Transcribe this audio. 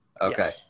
Okay